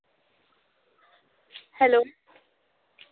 hello